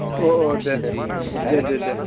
औ औ दे दे दे दे